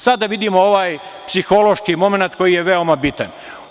Sada vidimo ovaj psihološki momenat, koji je veoma bitan.